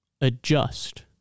Adjust